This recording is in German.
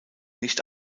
nicht